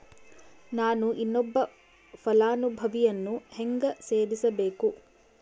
ನಾನು ಇನ್ನೊಬ್ಬ ಫಲಾನುಭವಿಯನ್ನು ಹೆಂಗ ಸೇರಿಸಬೇಕು?